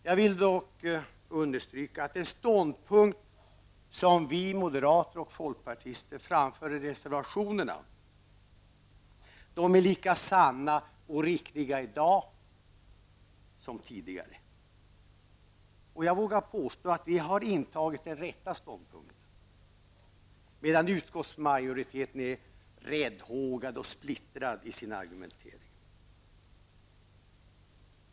Jag vill dock understryka att den ståndpunkt som vi moderater och folkpartister för fram i reservationerna är lika sann och riktig i dag som tidigare. Och jag vågar påstå att vi har intagit den rätta ståndpunkten, medan utskottsmajoriteten är räddhågad och splittrad i sin argumentering.